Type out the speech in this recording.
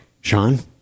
Sean